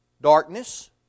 darkness